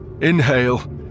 inhale